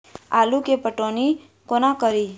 आलु केँ पटौनी कोना कड़ी?